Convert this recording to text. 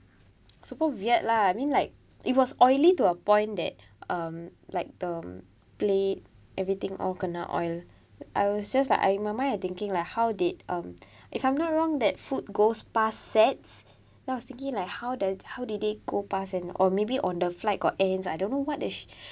super weird lah I mean like it was oily to a point that um like the plate everything all kena oil I was just like I remember I thinking like how did um if I'm not wrong that food goes past SATS then I was thinking like how does how did they go past and or maybe on the flight got ants I don't know what dish